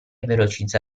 velocizza